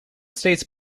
states